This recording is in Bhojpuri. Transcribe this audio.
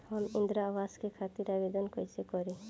हम इंद्रा अवास के खातिर आवेदन कइसे करी?